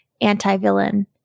anti-villain